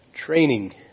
training